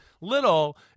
little